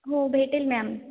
हो भेटेल मॅम